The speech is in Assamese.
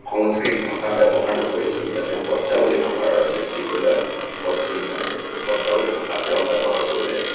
সংস্কৃত ভাষাৰ ব্যৱহাৰ নকৰি আচলতে তেওঁ ব্ৰজাৱলী ভাষাৰ সৃষ্টি কৰিলে ব্ৰজাৱলী ভাষা তেওঁ ব্যৱহাৰ কৰিলে